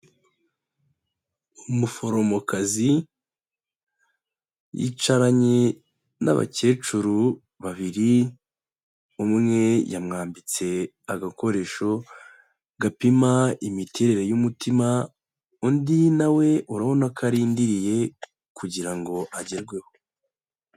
Umuforomokazi yicaranye n'abakecuru babiri, umwe yamwambitse agakoresho gapima imiterere y'umutima, undi na we urabona ko arindiriye kugira ngo agerweho.